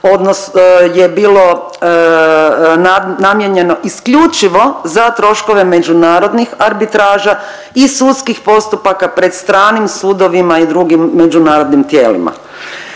je bilo namijenjeno isključivo za troškove međunarodnih arbitraža i sudskih postupaka pred stranim sudovima i drugim međunarodnim tijelima.